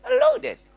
loaded